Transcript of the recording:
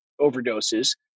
overdoses